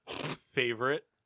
favorite